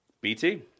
BT